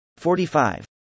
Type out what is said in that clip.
45